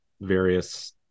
various